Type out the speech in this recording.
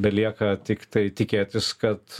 belieka tiktai tikėtis kad